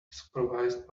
supervised